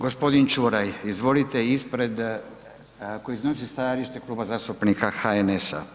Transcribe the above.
Gospodin Čuraj izvolite ispred, koji iznosi stajalište Kluba zastupnika HNS-a.